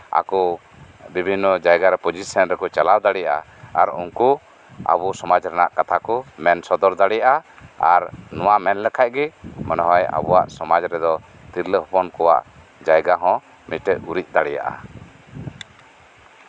ᱟᱠᱚ ᱵᱤᱵᱷᱤᱱᱱᱚ ᱡᱟᱭᱜᱟᱨᱮ ᱯᱚᱡᱤᱥᱚᱱ ᱨᱮᱠᱚ ᱪᱟᱞᱟᱣ ᱫᱟᱲᱮᱭᱟᱜᱼᱟ ᱟᱨ ᱩᱱᱠᱩ ᱟᱵᱚ ᱥᱚᱢᱟᱡᱽ ᱨᱮᱱᱟᱜ ᱠᱟᱛᱷᱟ ᱠᱚ ᱢᱮᱱ ᱥᱚᱫᱚᱨ ᱫᱟᱲᱮᱭᱟᱜᱼᱟ ᱟᱨ ᱱᱚᱣᱟ ᱢᱮᱱ ᱞᱮᱠᱷᱟᱡ ᱜᱮ ᱟᱵᱚᱣᱟᱜ ᱥᱚᱢᱟᱡᱽ ᱨᱮᱫᱚ ᱛᱤᱨᱞᱟᱹ ᱦᱚᱯᱚᱱ ᱠᱚᱣᱟᱜ ᱡᱟᱭᱜᱟ ᱦᱚᱸ ᱢᱤᱫᱴᱮᱡ ᱩᱨᱤᱡ ᱫᱟᱲᱮᱭᱟᱜᱼᱟ